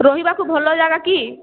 ରହିବାକୁ ଭଲ ଜାଗା କି